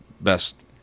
best